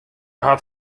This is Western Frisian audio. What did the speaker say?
hat